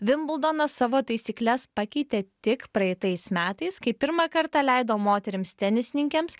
vimbldonas savo taisykles pakeitė tik praeitais metais kai pirmą kartą leido moterims tenisininkėms